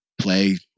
play